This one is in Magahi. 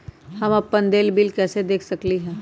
हम अपन देल बिल कैसे देख सकली ह?